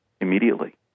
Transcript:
immediately